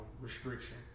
restriction